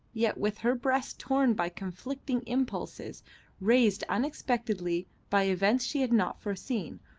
yet with her breast torn by conflicting impulses raised unexpectedly by events she had not foreseen,